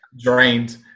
drained